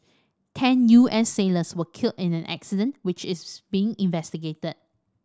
ten U S sailors were killed in the accident which is being investigated